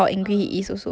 ya